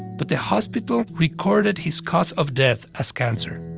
but the hospital recorded his cause of death as cancer.